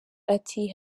ati